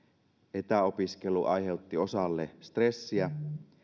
etäopiskelu aiheutti osalle stressiä